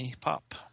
pop